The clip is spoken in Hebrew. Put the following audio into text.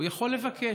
והוא יכול לבקש.